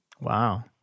Wow